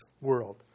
world